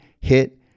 hit